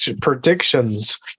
predictions